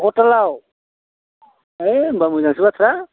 हटेलाव है होमबा मोजांसो बाथ्रा